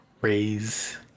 raise